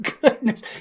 goodness